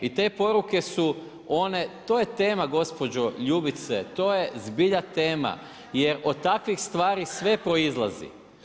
I te poruke su one, to je tema gospođo Ljubice, to je zbilja tema, jer od takvih stvari sve proizlazi.